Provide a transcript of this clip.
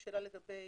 הכללי.